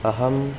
अहं